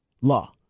law